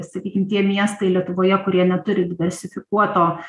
sakykim tie miestai lietuvoje kurie neturi diversifikuoto